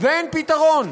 ואין פתרון.